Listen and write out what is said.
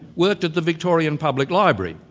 worked at the victorian public library,